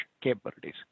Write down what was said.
capabilities